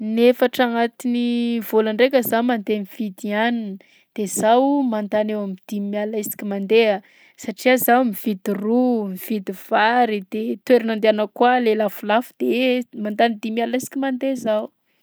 Nefatra agnatin'ny vôlan-draika zaho mandeha mividy hanina. De zaho mandany eo am'dimy alina isaka mandeha satria zaho mividy ro, mividy vary, de toerana andehanako koa a le lafolafo de mandany dimy alina isaka mandeha zaho.